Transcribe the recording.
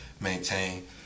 maintain